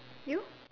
you